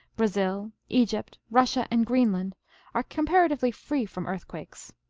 brazil, egypt, russia, and greenland are comparatively free from earthquakes.